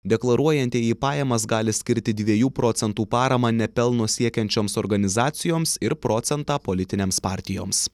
deklaruojantieji pajamas gali skirti dviejų procentų paramą nepelno siekiančioms organizacijoms ir procentą politinėms partijoms